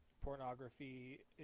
pornography